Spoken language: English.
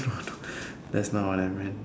how to that's not what I meant